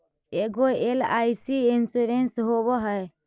ऐगो LIC insurance होव है?